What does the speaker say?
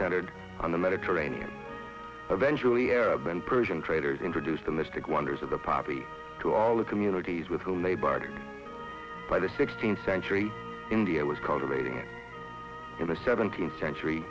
centered on the mediterranean eventually arab and persian traders introduced the mystic wonders of the poppy to all the communities with a labored by the sixteenth century india was cultivated in the seventeenth century